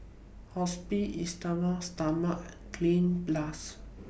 Hospicare Esteem Stoma and Cleanz Plus